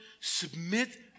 Submit